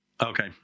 Okay